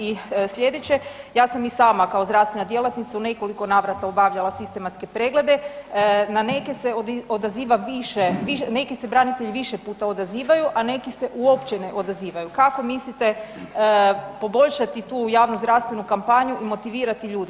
I sljedeće, ja sam i sama kao zdravstvena djelatnica u nekoliko navrata obavljala sistematske preglede, na neke se odaziva više, neki se branitelji više puta odazivaju, a neki se uopće ne odazivaju, kako mislite poboljšati tu javnozdravstvenu kapanju i motivirati ljude?